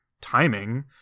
timing